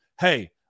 Hey